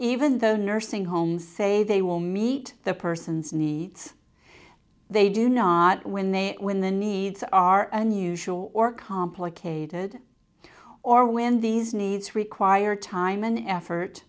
even though nursing homes say they will meet the person's needs they do not when they when the needs are unusual or complicated or when these needs require time and effort